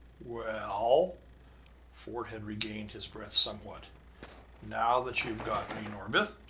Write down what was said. well fort had regained his breath somewhat now that you've got me, norbith,